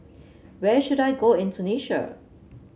where should I go in Tunisia